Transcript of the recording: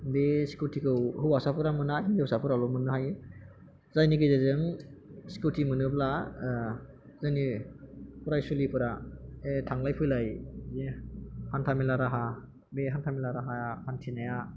बे स्कुटि खौ हौवासाफोरा मोना हिनजावसाफोराल' मोननो हायो जायनि गेजेरजों स्कुटि मोनोब्ला जोंनि फरायसुलिफोरा थांलाय फैलाय जे हान्थामेला राहा बे हान्थामेला राहा हान्थिनाया